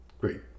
Great